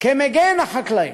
כמגן החקלאים.